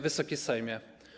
Wysoki Sejmie!